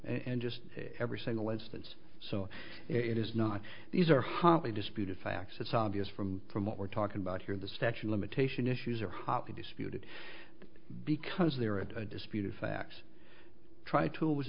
and just every single instance so it is not these are hotly disputed facts it's obvious from from what we're talking about here the statue limitation issues are hotly disputed because there are a disputed facts try to